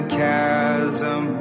chasm